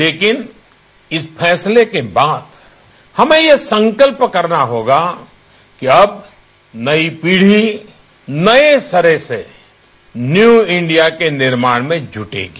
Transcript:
लेकिन इस फैसले के बाद हमें संकल्प करना होगा कि अब नई पीढ़ी नई सिरे से न्यू इंडिया के निर्माण में जुटेगी